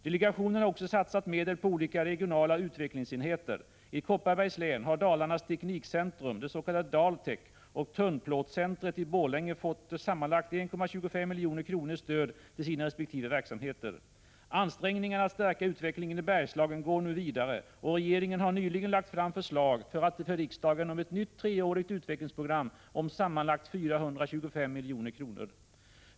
Delegationen har också satsat medel på olika regionala utvecklingsenheter. I Kopparbergs län har Dalarnas Teknikcentrum och Tunnplåtscentret i Borlänge fått sammanlagt 1,25 milj.kr. i stöd till sina resp. verksamheter. Ansträngningarna att stärka utvecklingen i Bergslagen går nu vidare, och regeringen har nyligen lagt fram förslag för riksdagen om ett nytt treårigt utvecklingsprogram om sammanlagt 425 milj.kr.